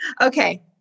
okay